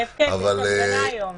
כיף, כיף יש הפגנה היום.